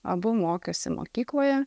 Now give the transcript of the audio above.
abu mokėsi mokykloje